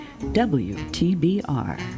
WTBR